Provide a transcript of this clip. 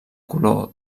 color